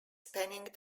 spanning